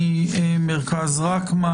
ממרכז רקמן,